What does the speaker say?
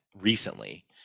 recently